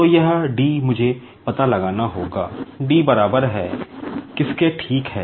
तो यह d मुझे पता लगाना होगा d बराबर है किसके ठीक है